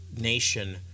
nation